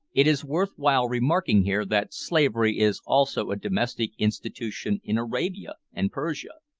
it is worth while remarking here, that slavery is also a domestic institution in arabia and persia.